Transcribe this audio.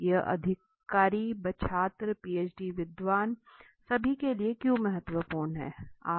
यह अधिकारी छात्र पीएचडी विद्वान सभी के लिए क्यों महत्वपूर्ण है